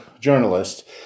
journalist